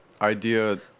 idea